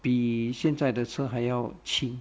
比现在的车还要轻